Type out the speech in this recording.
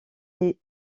les